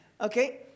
Okay